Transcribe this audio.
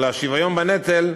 על השוויון בנטל,